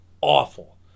Awful